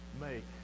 make